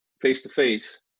face-to-face